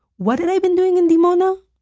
what had i been doing in dimona?